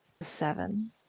seven